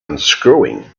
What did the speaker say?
unscrewing